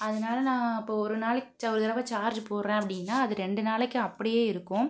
அதனால நான் இப்போ ஒரு நாளைக்கு ஒரு தடவை சார்ஜ் போடுறேன் அப்படின்னா அது ரெண்டு நாளைக்கு அப்படியே இருக்கும்